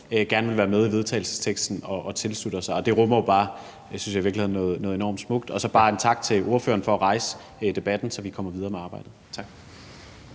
gerne vil være med i forslaget til vedtagelse og tilslutter sig. Det rummer jo bare, synes jeg i virkeligheden, noget enormt smukt. Og så bare en tak til ordføreren for at rejse debatten, så vi kommer videre med arbejdet. Kl.